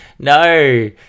No